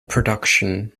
production